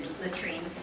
latrine